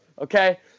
okay